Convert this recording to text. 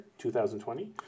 2020